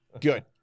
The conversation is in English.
Good